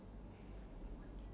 been avoided